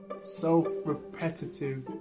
self-repetitive